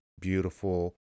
beautiful